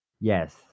Yes